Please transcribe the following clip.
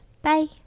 Bye